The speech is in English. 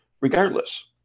regardless